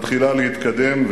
מתחילה להתקדם.